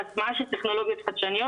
הטמעה של טכנולוגיות חדשניות.